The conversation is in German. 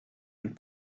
und